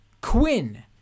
Quinn